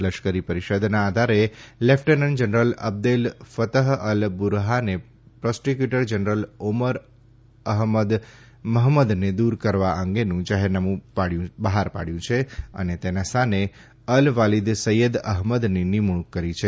લશ્કરી પરિષદના આધારે lieutenant general Abdel Fattah al બુરહાને પ્રોસિકયુટર જનરલ ઓમર અહ્મદ મહંમદને દુર કરવા અંગેનું જાહેરનામું બહાર પાડયું છે અને તેના સ્થાને અલ વાલીદ સૈયદ અહમદની નિમણુંક કરી છે